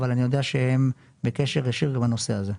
אבל אני יודע שהם בקשר ישיר עם הנושא הזה.